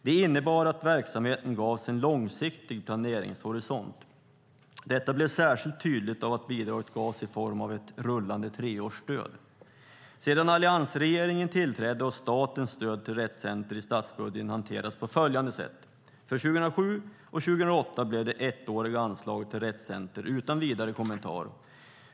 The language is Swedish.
Det innebar att verksamheten gavs en långsiktig planeringshorisont. Detta blev särskilt tydligt av att bidraget gavs i form av ett rullande treårsstöd. Sedan alliansregeringen tillträdde har statens stöd till Rett Center hanterats på följande sätt i statsbudgeten. För 2007 och 2008 blev det ettåriga anslag till Rett Center utan vidare kommentar.